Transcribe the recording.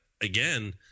again